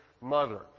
mother